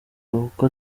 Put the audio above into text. kuko